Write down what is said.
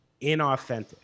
inauthentic